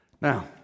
Now